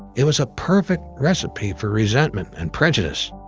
it was a perfect recipe for resentment, and prejudice.